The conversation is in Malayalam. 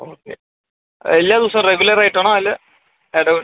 ഓക്കെ എല്ലാ ദിവസവും റെഗുലർ ആയിട്ടാണോ അല്ലേ ഇടവിട്ട്